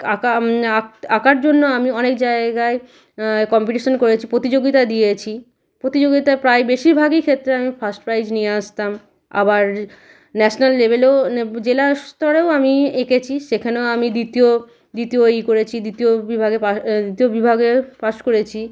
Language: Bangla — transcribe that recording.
আঁকা আঁকার জন্য আমি অনেক জায়গায় কম্পিটিশান করেছি প্রতিযোগিতা দিয়েছি প্রতিযোগিতায় প্রায় বেশিরভাগই ক্ষেত্রে ফাস্ট প্রাইজ নিয়ে আসতাম আবার ন্যাশনাল লেভেলেও নে জেলা স্তরেও আমি এঁকেছি সেখানেও আমি দ্বিতীয় দ্বিতীয় ই করেছি দ্বিতীয় বিভাগে পা দ্বিতীয় বিভাগে পাস করেছি